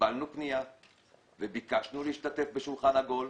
קיבלנו פנייה וביקשנו להשתתף בשולחן עגול,